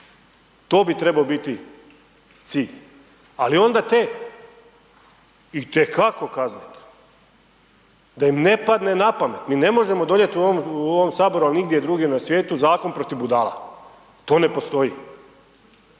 To bi trebao biti cilj, ali onda te itekako kazniti. Da im ne padne na pamet, mi ne možemo donijeti u ovom Saboru ni nigdje drugdje na svijetu zakon protiv budala. To ne postoji.